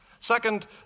Second